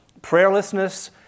Prayerlessness